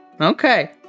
Okay